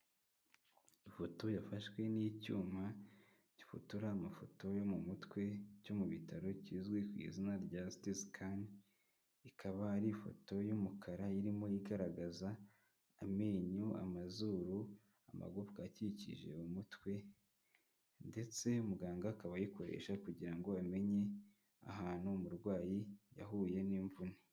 Ifoto yafashwe n'icyuma gifotora amafoto yo mu mutwe cyo mu bitaro kizwi ku izina rya sitisikani ikaba ari ifoto y'umukara, irimo igaragaza amenyo, amazuru, amagufwa akikije umutwe, ndetse muganga akaba ayikoresha kugira ngo amenye ahantu umurwayi yahuye n'imvune.